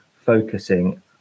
focusing